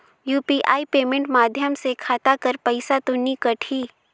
UPI payment माध्यम से खाता कर पइसा तो नी कटही?